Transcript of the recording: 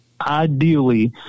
Ideally